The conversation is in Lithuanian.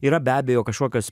yra be abejo kažkokios